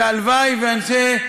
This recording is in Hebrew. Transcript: והלוואי שאנשי,